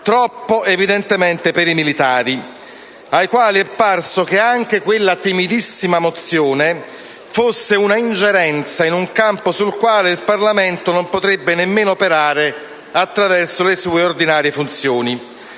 era evidentemente troppo per i militari, ai quali è parso che anche quella timidissima mozione costituisse un'ingerenza in un campo nel quale il Parlamento non potrebbe nemmeno operare attraverso le sue ordinarie funzioni.